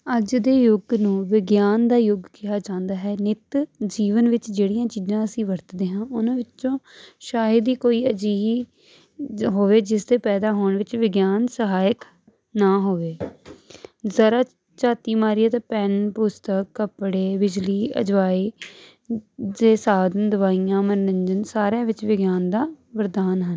ਅੱਜ ਦੇ ਯੁੱਗ ਨੂੰ ਵਿਗਿਆਨ ਦਾ ਯੁੱਗ ਕਿਹਾ ਜਾਂਦਾ ਹੈ ਨਿੱਤ ਜੀਵਨ ਵਿੱਚ ਜਿਹੜੀਆਂ ਚੀਜ਼ਾਂ ਅਸੀਂ ਵਰਤਦੇ ਹਾਂ ਉਹਨਾਂ ਵਿੱਚੋਂ ਸ਼ਾਇਦ ਹੀ ਕੋਈ ਅਜਿਹੀ ਹੋਵੇ ਜਿਸਦੇ ਪੈਦਾ ਹੋਣ ਵਿੱਚ ਵਿਗਿਆਨ ਸਹਾਇਕ ਨਾ ਹੋਵੇ ਜ਼ਰਾ ਝਾਤੀ ਮਾਰੀਏ ਤਾਂ ਪੈੱਨ ਪੁਸਤਕ ਕੱਪੜੇ ਬਿਜਲੀ ਅਜਵਾਏ ਦੇ ਸਾਧਨ ਦਵਾਈਆਂ ਮਨਰੰਜਨ ਸਾਰਿਆਂ ਵਿੱਚ ਵਿਗਿਆਨ ਦਾ ਵਰਦਾਨ ਹਨ